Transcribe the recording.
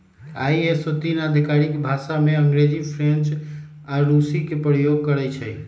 ISO तीन आधिकारिक भाषामें अंग्रेजी, फ्रेंच आऽ रूसी के प्रयोग करइ छै